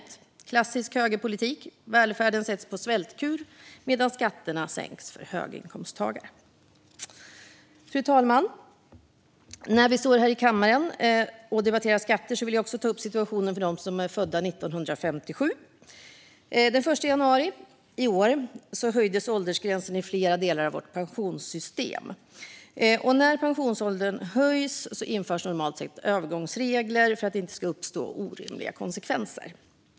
Det är klassisk högerpolitik: Välfärden sätts på svältkur, medan skatterna sänks för höginkomsttagare. Fru talman! När vi står här i kammaren och debatterar skatter vill jag också ta upp situationen för dem som är födda 1957. Den 1 januari 2023 höjdes åldersgränsen i flera delar av vårt pensionssystem. När pensionsåldern höjs inför man normalt sett övergångsregler för att det inte ska uppstå orimliga konsekvenser.